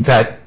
that